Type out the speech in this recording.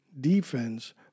defense